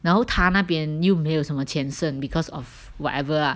然后他那边有没有什么钱剩 because of whatever